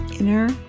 inner